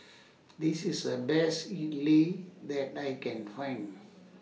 This IS The Best Idili that I Can Find